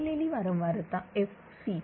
बदललेली वारंवारताfc